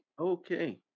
Okay